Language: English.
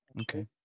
Okay